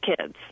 kids